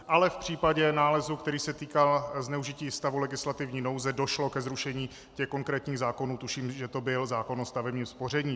Ale v případě nálezu, který se týkal zneužití stavu legislativní nouze, došlo ke zrušení těch konkrétních zákonů, tuším, že to byl zákon o stavebním spoření.